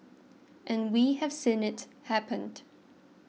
and we have seen it happened